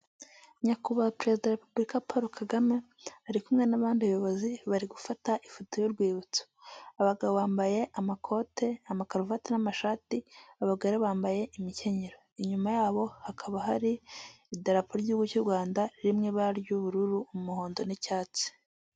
Nyakubahwa Perezida wa Repubulika Paul Kagame, ari kumwe n'abandi bayobozi bari gufata ifoto y'urwibutso, abagabo bambaye amakote, amakaruvati n'amashati, abagore bambaye imikenyero. Inyuma yabo hakaba hari idarapo ry'Igihugu cy'u Rwanda riri mu ibara ry'ubururu, umuhondo n'icyatsi.